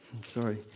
sorry